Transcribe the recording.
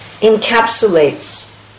encapsulates